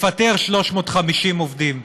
לפטר 350 עובדים.